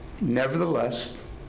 Nevertheless